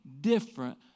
different